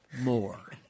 more